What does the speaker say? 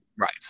right